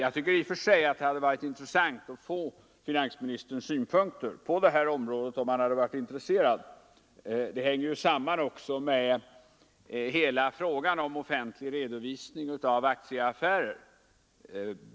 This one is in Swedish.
I och för sig hade det varit värdefullt att få finansministerns synpunkter på det här området, om han hade varit intresserad av att ge oss dem. Denna fråga hänger ju samman med hela problemet om offentlig redovisning av aktieaffärer.